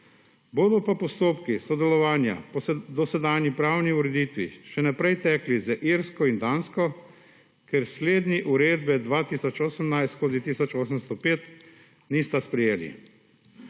Bodo pa postopki sodelovanja po dosedanji pravni ureditvi še naprej tekli z Irsko in Dansko, ker slednji Uredbe 2018/1805 nista sprejeli.